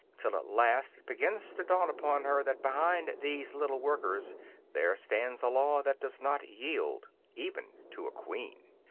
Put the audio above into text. till at last it begins to dawn upon her that behind these little workers there stands a law that does not yield even to a queen.